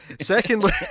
Secondly